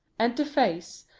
enter face,